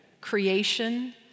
Creation